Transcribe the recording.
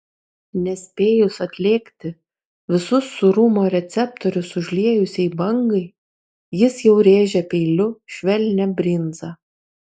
nespėjus atlėgti visus sūrumo receptorius užliejusiai bangai jis jau rėžia peiliu švelnią brinzą